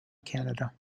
canada